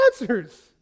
answers